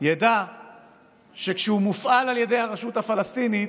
ידע שכשהוא מופעל על ידי הרשות הפלסטינית,